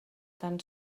tan